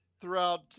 throughout